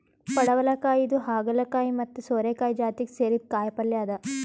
ಪಡವಲಕಾಯಿ ಇದು ಹಾಗಲಕಾಯಿ ಮತ್ತ್ ಸೋರೆಕಾಯಿ ಜಾತಿಗ್ ಸೇರಿದ್ದ್ ಕಾಯಿಪಲ್ಯ ಅದಾ